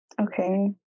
Okay